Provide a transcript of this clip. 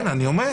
(היו"ר גבי לסקי)